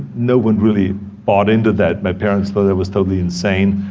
no one really bought into that. my parents thought i was totally insane.